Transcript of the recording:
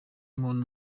umuntu